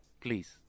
Please